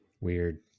weird